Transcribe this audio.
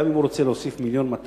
אם הוא רוצה להוסיף 1.2 לרזרבה,